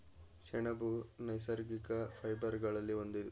ಸೆಣಬು ನೈಸರ್ಗಿಕ ಫೈಬರ್ ಗಳಲ್ಲಿ ಒಂದು